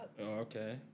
Okay